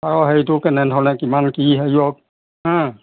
অ হেৰিটো কেনেধৰণে কিমান কি হেৰিয়ত